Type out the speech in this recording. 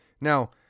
Now